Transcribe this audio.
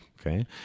Okay